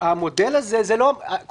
קוראים לזה "המודל הנורווגי",